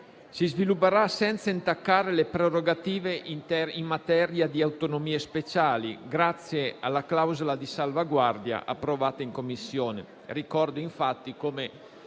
si sviluppi senza intaccare le prerogative in materia di autonomie speciali, grazie alla clausola di salvaguardia approvata in Commissione.